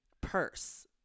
purse